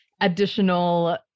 additional